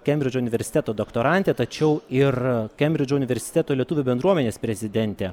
kembridžo universiteto doktorantė tačiau ir kembridžo universiteto lietuvių bendruomenės prezidentė